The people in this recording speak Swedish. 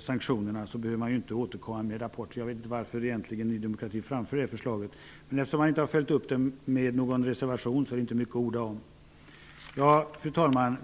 sanktionerna behöver man inte återkomma med rapporter. Jag vet egentligen inte varför Ny demokrati framför det förslaget. Men eftersom man inte har följt upp det med någon reservation är det inte mycket att orda om. Fru talman!